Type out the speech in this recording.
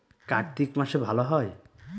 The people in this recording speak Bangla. কার্তিক মাসে ভালো হয়?